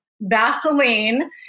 vaseline